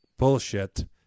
bullshit